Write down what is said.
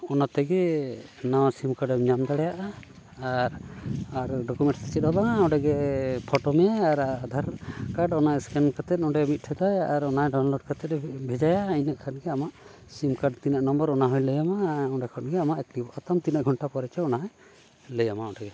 ᱚᱱᱟ ᱛᱮᱜᱮ ᱱᱟᱣᱟ ᱥᱤᱢ ᱠᱟᱨᱰᱮᱢ ᱧᱟᱢ ᱫᱟᱲᱮᱭᱟᱜᱼᱟ ᱟᱨ ᱟᱨ ᱰᱳᱠᱚᱢᱮᱱᱴᱥ ᱪᱮᱫ ᱦᱚᱸ ᱵᱟᱝ ᱚᱸᱰᱮ ᱜᱮ ᱯᱷᱳᱴᱳ ᱢᱮᱭᱟᱭ ᱟᱨ ᱟᱫᱷᱟᱨ ᱠᱟᱨᱰ ᱚᱱᱟ ᱮᱥᱠᱮᱱ ᱠᱟᱛᱮᱫ ᱚᱸᱰᱮ ᱢᱤᱫᱴᱷᱮᱡᱟᱭ ᱟᱨ ᱚᱱᱟᱭ ᱰᱟᱣᱩᱱᱞᱳᱰ ᱠᱟᱛᱮᱫ ᱵᱷᱮᱡᱟᱭᱟ ᱤᱱᱟᱹᱜ ᱠᱷᱟᱱ ᱜᱮ ᱟᱢᱟᱜ ᱥᱤᱢ ᱠᱟᱨᱰ ᱛᱤᱱᱟᱹᱜ ᱱᱚᱢᱵᱚᱨ ᱚᱱᱟ ᱦᱚᱸᱭ ᱞᱟᱹᱭ ᱟᱢᱟ ᱚᱸᱰᱮ ᱠᱷᱚᱡ ᱜᱮ ᱟᱢᱟᱜ ᱮᱠᱴᱤᱵᱷᱚᱜᱼᱟ ᱛᱟᱢ ᱛᱤᱱᱟᱹᱜ ᱜᱷᱚᱱᱴᱟ ᱯᱚᱨᱮ ᱪᱚᱝ ᱚᱱᱟᱭ ᱞᱟᱹᱭ ᱟᱢᱟ ᱚᱸᱰᱮ ᱜᱮ